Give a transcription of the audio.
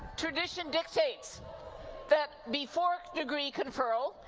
tradition dictates that before degree conferral,